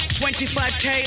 25k